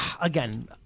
again